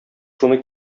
шуны